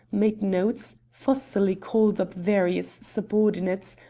made notes, fussily called up various subordinates,